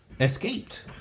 escaped